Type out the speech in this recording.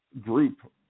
group